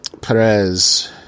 Perez